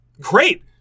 great